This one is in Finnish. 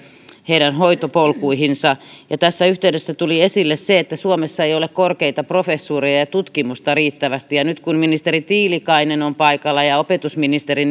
heidän hoitopolkuihinsa tässä yhteydessä tuli esille se että suomessa ei ole korkeita professuureja ja ja tutkimusta riittävästi nyt kun ministeri tiilikainen ja opetusministeri